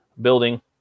building